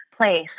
place